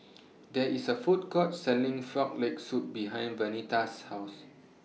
There IS A Food Court Selling Frog Leg Soup behind Vernita's House